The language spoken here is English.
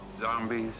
Zombies